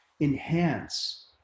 enhance